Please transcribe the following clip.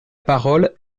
parole